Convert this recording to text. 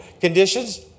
Conditions